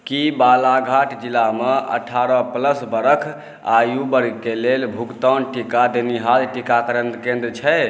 कि बालाघाट जिलामे अठारह प्लस बरख आयु वर्गके लेल भुगतान टीका देनिहार टीकाकरण केन्द्र छै